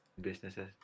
businesses